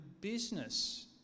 business